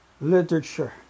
literature